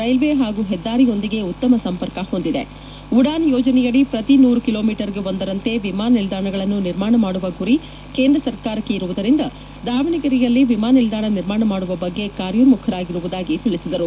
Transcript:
railway ಹಾಗು ಹೆದ್ದಾರಿಯೊಂದಿಗೆ ಉತ್ತಮ ಸಂಪರ್ಕ ಹೊಂದಿದೆ ಉಡಾನ್ ಯೋಜನೆಯಡಿ ಪ್ರತಿ ನೂರು ಕಿಲೋಮೀಟರ್ಗೆ ಒಂದರಂತೆ ವಿಮಾನ ನಿಲ್ದಾಣಗಳನ್ನು ನಿರ್ಮಾಣ ಮಾಡುವ ಗುರಿ ಕೇಂದ್ರ ಸರ್ಕಾರಕ್ಕೆ ಇರುವುದರಿಂದ ದಾವಣಗೆರೆಯಲ್ಲಿ ವಿಮಾನ ನಿಲ್ದಾಣ ನಿರ್ಮಾಣ ಮಾಡುವ ಬಗ್ಗೆ ಕಾರ್ಯೋನ್ಯಖಗಿರುವುದಾಗಿ ತಿಳಿಸಿದರು